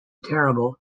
terrible